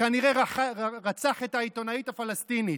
שכנראה רצח את העיתונאית הפלסטינית.